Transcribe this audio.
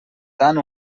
tant